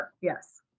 Yes